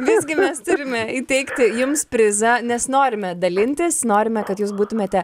visgi mes turime įteikti jums prizą nes norime dalintis norime kad jūs būtumėte